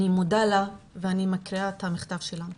אני מודה לה ואני מקריאה את המכתב שלה: